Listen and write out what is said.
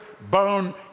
bone